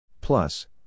Plus